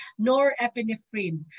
norepinephrine